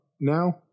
now